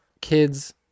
kids